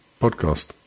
podcast